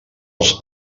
els